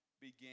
began